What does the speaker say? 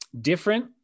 different